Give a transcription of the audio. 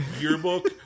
yearbook